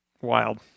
wild